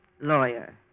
lawyer